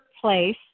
place